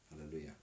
Hallelujah